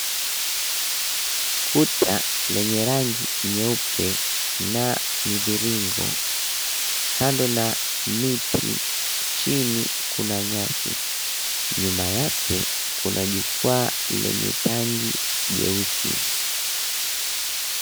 Kuta lenye rangi nyeupe na mibiringo kando na miti, chini kuna nyasi. Nyuma yake kuna jukwaa lenye tangi jeusi.